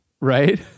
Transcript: Right